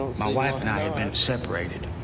my wife and i had been separated.